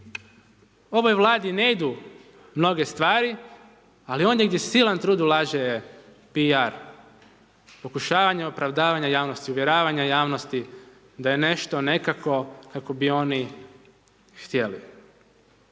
Ovoj Vladi ne idu mnoge stvari, ali ondje gdje silan trud ulaže je PR, pokušavanje opravdavanja javnosti, uvjeravanja javnosti da je nešto nekako kako bi oni htjeli.